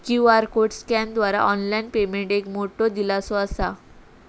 QR code स्कॅनरद्वारा online payment एक मोठो दिलासो असा